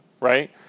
right